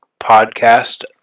podcast